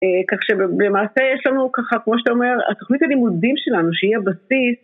כך שבמעשה יש לנו ככה, כמו שאתה אומר, התוכנית הלימודים שלנו שהיא הבסיס